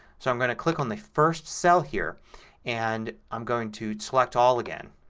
so i'm going to click on the first cell here and i'm going to select all again.